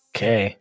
Okay